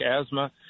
asthma